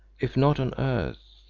if not on earth,